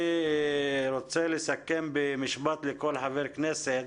אני רוצה לסכם במשפט לכל חבר כנסת.